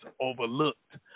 overlooked